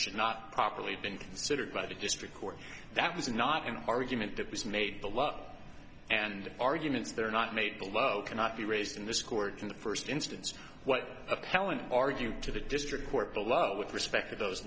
should not properly been considered by the district court that was not an argument that was made to love and arguments that are not made below cannot be raised in this court in the first instance what appellant argue to the district court below with respect to those